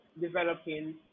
developing